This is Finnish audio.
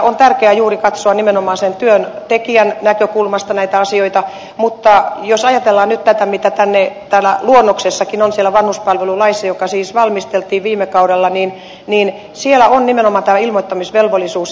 on tärkeää katsoa nimenomaan sen työntekijän näkökulmasta näitä asioita mutta jos ajatellaan nyt tätä mitä täällä luonnoksessakin on siellä vanhuspalvelulaissa joka siis valmisteltiin viime kaudella niin siellä on nimenomaan tämä ilmoittamisvelvollisuus